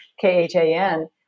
K-H-A-N